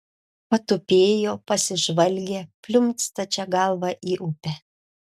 patupėjo pasižvalgė pliumpt stačia galva į upę